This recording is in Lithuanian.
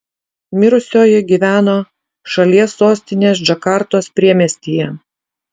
mirusioji gyveno šalies sostinės džakartos priemiestyje